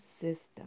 system